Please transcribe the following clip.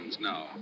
now